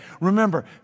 Remember